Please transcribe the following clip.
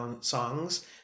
songs